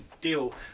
deal